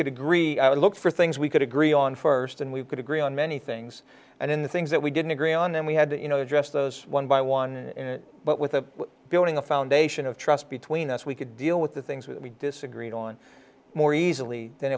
could agree i would look for things we could agree on first and we could agree on many things and in the things that we didn't agree on and we had to you know address those one by one but with a building a foundation of trust between us we could deal with the things we disagreed on more easily than